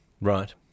Right